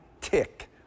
tick